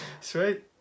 Sweet